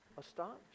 astonished